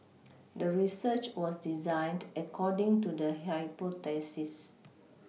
the research was designed according to the hypothesis